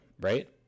Right